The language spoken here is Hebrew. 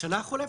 בשנה החולפת,